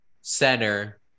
center